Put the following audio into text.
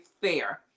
fair